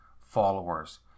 followers